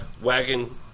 wagon